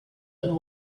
and